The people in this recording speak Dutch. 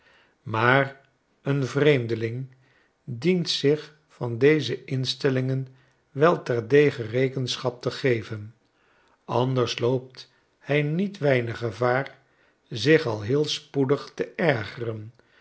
maar een vreemdelingdient zich van deze instellingen wel terdege rekenschap te geven anders loopt hij niet weiniggevaar zich al heel spoedig te ergeren